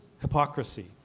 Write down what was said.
hypocrisy